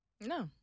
No